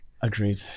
Agreed